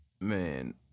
Man